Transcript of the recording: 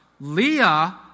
Leah